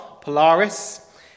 Polaris